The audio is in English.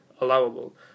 Allowable